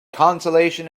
consolation